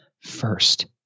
first